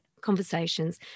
conversations